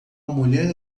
mulher